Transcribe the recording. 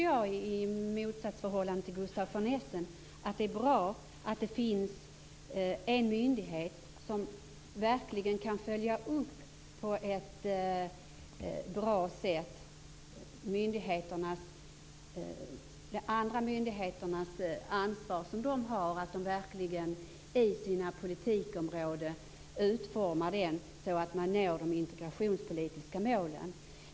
I motsats till Gustaf von Essen tycker jag att det är bra att det finns en myndighet som på ett bra sätt verkligen kan följa upp de andra myndigheternas ansvar, så att de inom ramarna för deras politikområden når de integrationspolitiska målen.